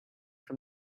from